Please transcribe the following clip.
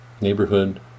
neighborhood